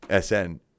SN